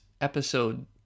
episode